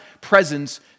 presence